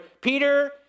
Peter